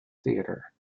theatre